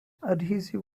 adhesive